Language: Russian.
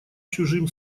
чужим